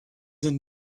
and